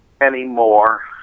anymore